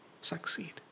succeed